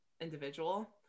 individual